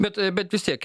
bet bet vis tiek